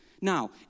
now